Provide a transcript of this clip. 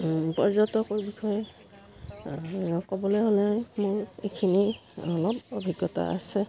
পৰ্যটকৰ বিষয়ে ক'বলৈ হ'লে মোৰ এইখিনি অলপ অভিজ্ঞতা আছে